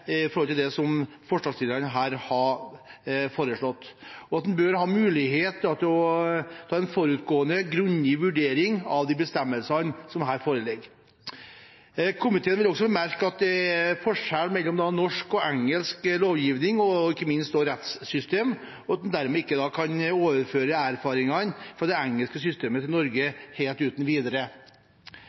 å ha en forutgående, grundig vurdering av den bestemmelsen som her foreligger. Komiteen vil også bemerke at det er forskjell mellom norsk og engelsk lovgivning og, ikke minst, rettssystem, og at en dermed ikke helt uten videre kan overføre erfaringene fra det engelske systemet til Norge.